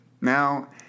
Now